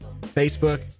Facebook